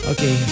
Okay